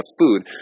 food